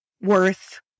worth